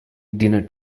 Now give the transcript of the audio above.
dinner